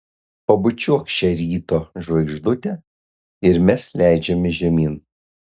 pabučiuok šią ryto žvaigždutę ir mes leidžiamės žemyn